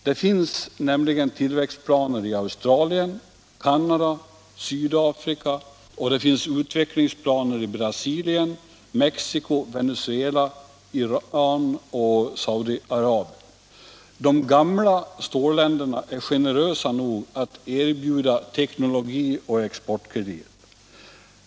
Det finns nämligen tillväxtplaner i Australien, Canada och Sydafrika och det finns utvecklingsplaner i Brasilien, Mexico, Venezuela, Iran och Saudi-Arabien. De gamla stålländerna är generösa nog att erbjuda teknologi och exportkredit.